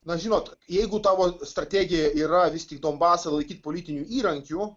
na žinot jeigu tavo strategija yra vis tik donbasą laikyti politiniu įrankiu